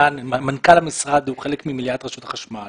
מנכ"ל המשרד הוא חלק ממליאת רשות החשמל